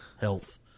health